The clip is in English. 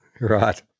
Right